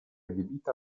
adibita